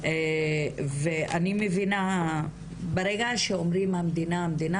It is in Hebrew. ואני מבינה - ברגע שאומרים המדינה המדינה,